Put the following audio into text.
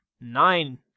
nine